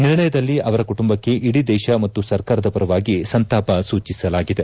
ನಿರ್ಣಯದಲ್ಲಿ ಅವರ ಕುಟುಂಬಕ್ಕೆ ಇಡೀ ದೇಶ ಮತ್ತು ಸರ್ಕಾರದ ಪರವಾಗಿ ಸಂತಾಪ ಸೂಚಿಸಲಾಗಿದೆ